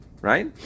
right